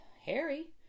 Harry